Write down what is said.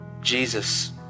Jesus